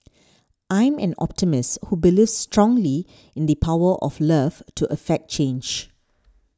I'm an optimist who believes strongly in the power of love to affect change